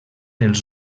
els